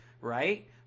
right